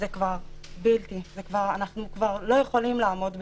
ואנחנו כבר לא יכולים לעמוד בזה.